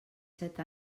set